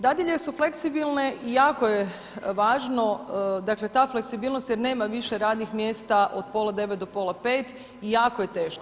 Dadilje su fleksibilne i jako je važno, dakle ta fleksibilnost jer nema više radnih mjesta od pola 9 do pol 5 i jako je teško.